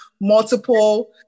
multiple